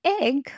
egg